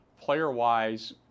player-wise